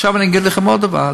עכשיו אני אגיד לכם עוד דבר.